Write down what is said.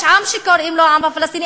יש עם שקוראים לו העם הפלסטיני,